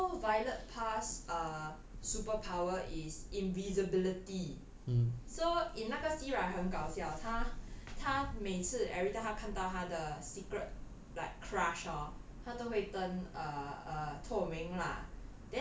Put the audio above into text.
ya so violet parr's err superpower is invisibility so in 那个戏 right 很搞笑她每次 everytime 她看到她的 secret like crush hor 她都会 turn err err 透明 lah